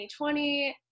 2020